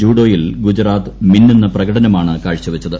ജൂഡോയിൽ ഗുജറാത്ത് മിന്നുന്ന പ്രകടനമാണ് കാഴ്ചവച്ചത്